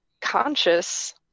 conscious